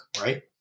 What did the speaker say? right